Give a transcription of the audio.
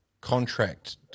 contract